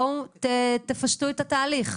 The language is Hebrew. בואו תפשטו את התהליך.